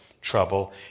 trouble